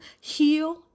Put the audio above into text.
heal